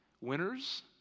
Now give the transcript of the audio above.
winners